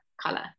color